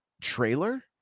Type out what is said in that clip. trailer